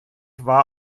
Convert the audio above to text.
war